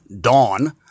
Dawn